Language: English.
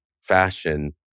fashion